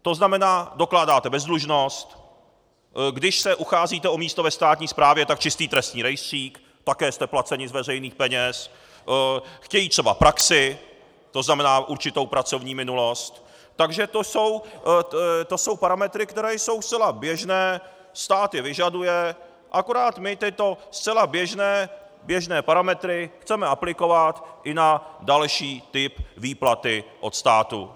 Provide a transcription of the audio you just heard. To znamená dokládáte bezdlužnost, když se ucházíte o místo ve státní správě, také čistý trestní rejstřík, také jste placeni z veřejných peněz, chtějí třeba praxi, to znamená určitou pracovní minulost, takže to jsou parametry, které jsou zcela běžné, stát je vyžaduje, akorát my tyto zcela běžné parametry chceme aplikovat i na další typ výplaty od státu.